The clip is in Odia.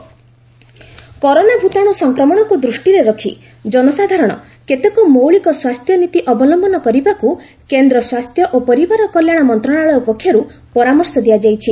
ହେଲ୍ଥ୍ ଆଡ୍ଭାଇଜରୀ କରୋନା ଭୂତାଣୁ ସଂକ୍ରମଣକୁ ଦୃଷ୍ଟିରେ ରଖି ଜନସାଧାରଣ କେତେକ ମୌଳିକ ସ୍ୱାସ୍ଥ୍ୟ ନୀତି ଅବଲମ୍ଭନ କରିବାକୁ କେନ୍ଦ୍ର ସ୍ୱାସ୍ଥ୍ୟ ଓ ପରିବାର କଲ୍ୟାଣ ମନ୍ତ୍ରଣାଳୟ ପକ୍ଷରୁ ପରାମର୍ଶ ଦିଆଯାଇଛି